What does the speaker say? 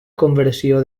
conversió